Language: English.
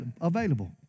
available